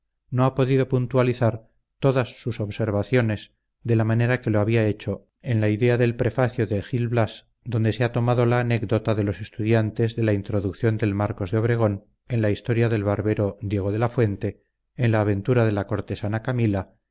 no ha podido puntualizar todas sus observaciones de la manera que lo había hecho en la idea del prefacio de gil blas donde se ha tomado la anécdota de los estudiantes de la introducción del marcos de obregón en la historia del barbero diego de la fuente en la aventura de la cortesana camila